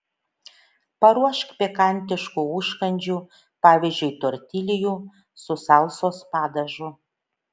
paruošk pikantiškų užkandžių pavyzdžiui tortiljų su salsos padažu